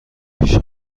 پیش